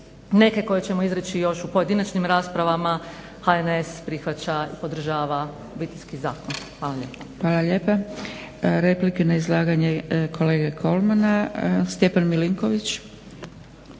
neke koje ćemo izreći još u pojedinačnim raspravama HNS prihvaća i podržava Obiteljski zakon. Hvala lijepa.